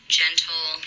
gentle